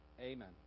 amen